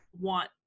want